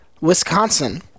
Wisconsin